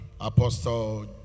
Apostle